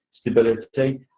stability